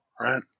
right